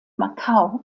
macau